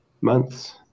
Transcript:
months